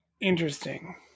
Interesting